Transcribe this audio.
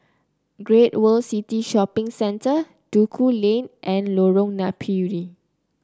Great World City Shopping Centre Duku Lane and Lorong Napiri